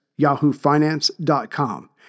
yahoofinance.com